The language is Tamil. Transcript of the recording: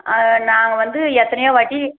நாங்கள் வந்து எத்தனையோ வாட்டி